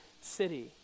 city